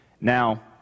Now